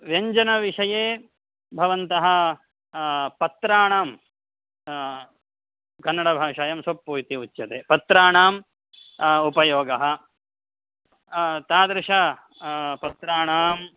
व्यञ्जनविषये भवन्तः पत्राणां कन्नडभाषायां सोप्पु इति उच्यते पत्राणाम् उपयोगः तादृश पत्राणाम्